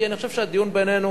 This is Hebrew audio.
כי הדיון בינינו